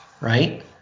right